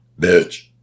Bitch